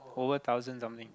over thousand something